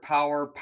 Power